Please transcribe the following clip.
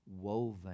Woven